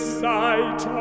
sight